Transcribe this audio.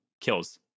kills